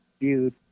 dude